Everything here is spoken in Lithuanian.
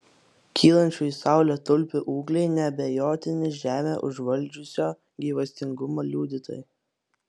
kylančių į saulę tulpių ūgliai neabejotini žemę užvaldžiusio gyvastingumo liudytojai